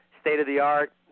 state-of-the-art